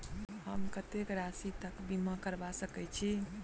हम कत्तेक राशि तकक बीमा करबा सकै छी?